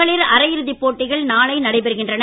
மகளிர் அரையிறுதிப் போட்டிகள் நாளை நடைபெறுகின்றன